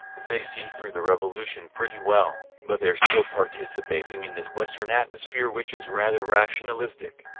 they see through the revolution pretty well, but they're still participating in this western atmosphere which is rather rationalistic.